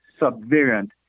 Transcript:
subvariant